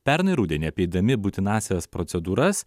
pernai rudenį apeidami būtinąsias procedūras